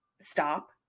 stop